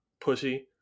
pussy